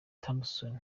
thompson